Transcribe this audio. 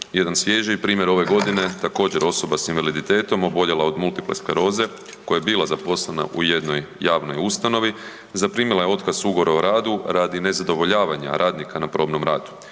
jedan svježiji primjer ove godine, također, osoba s invaliditetom, oboljela od multiple skleroze koja je bila zaposlena u jednoj javnoj ustanovi, zaprimila je otkaz ugovora o radu radi nezadovoljavanja radnika na probnom radu.